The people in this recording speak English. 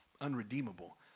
unredeemable